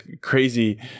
crazy